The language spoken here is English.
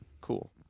Cool